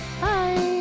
Bye